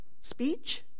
speech